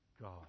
God